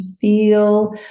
feel